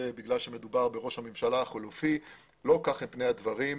בגלל שמדובר בראש הממשלה החלופי אבל לא כך הם פני הדברים.